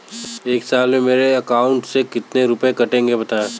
एक साल में मेरे अकाउंट से कितने रुपये कटेंगे बताएँ?